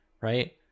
right